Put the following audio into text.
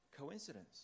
coincidence